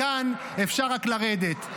מכאן אפשר רק לרדת.